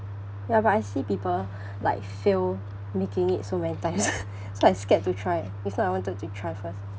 ya but I see people like fail making it so many times so I scared to try if not I wanted to try first